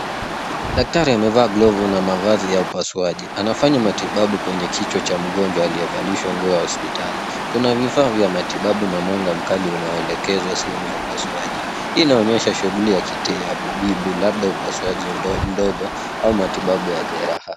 Daktari amevaa glovu na mavazi ya upasuaji. Anafanya matibabu kwenye kichwa cha mgonjwa aliyevalishwa nguo ya hospitali. Kuna vifaa vya matibabu na mwanga mkali unaoelekezwa sehemu ya upasuaji. Hii inaonyesha shughuli ya kitihabibu labda upasuaji ndogo au matibabu ya jeraha.